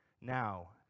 now